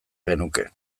genuke